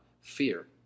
fear